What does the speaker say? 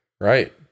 right